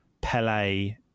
Pele